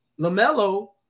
LaMelo